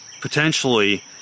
potentially